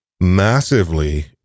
massively